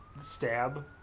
stab